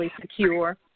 secure